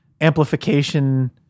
amplification